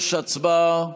55. הצבעה.